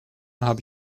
habe